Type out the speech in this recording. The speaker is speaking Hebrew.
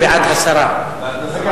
הוא בעד הסרת הנושא.